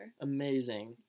Amazing